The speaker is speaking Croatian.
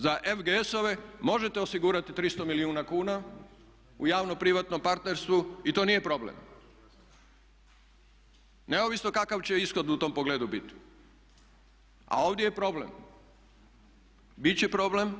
Za FGS-ove možete osigurati 300 milijuna kuna u javno privatnom partnerstvu i to nije problem neovisno kakav će ishod u tom pogledu biti, a ovdje je problem.